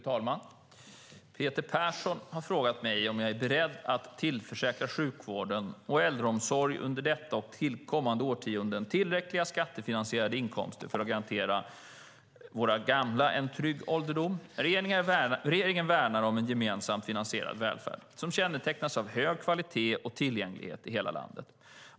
Fru talman! Peter Persson har frågat mig om jag är beredd att under detta och kommande årtionden tillförsäkra sjukvården och äldreomsorgen tillräckliga skattefinansierade inkomster för att garantera våra gamla en trygg ålderdom. Regeringen värnar om en gemensamt finansierad välfärd som kännetecknas av hög kvalitet och tillgänglighet i hela landet.